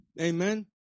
Amen